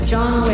John